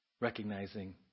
recognizing